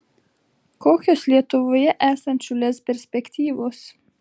kokios lietuvoje esančių lez perspektyvos